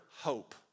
hope